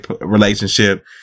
relationship